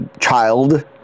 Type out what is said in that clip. child